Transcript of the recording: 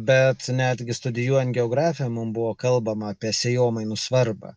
bet netgi studijuojant geografiją mums buvo kalbama apie sėjomainų svarbą